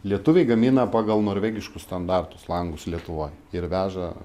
lietuviai gamina pagal norvegiškus standartus langus lietuvoj ir veža